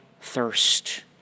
thirst